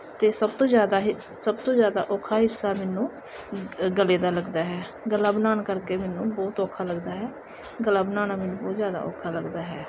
ਅਤੇ ਸਭ ਤੋਂ ਜ਼ਿਆਦਾ ਇਹ ਸਭ ਤੋਂ ਜ਼ਿਆਦਾ ਔਖਾ ਹਿੱਸਾ ਮੈਨੂੰ ਗਲੇ ਦਾ ਲੱਗਦਾ ਹੈ ਗਲਾ ਬਣਾਉਣ ਕਰਕੇ ਮੈਨੂੰ ਬਹੁਤ ਔਖਾ ਲੱਗਦਾ ਹੈ ਗਲਾ ਬਣਾਉਣਾ ਮੈਨੂੰ ਬਹੁਤ ਜ਼ਿਆਦਾ ਔਖਾ ਲੱਗਦਾ ਹੈ